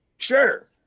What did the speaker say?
Sure